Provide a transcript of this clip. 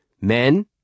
men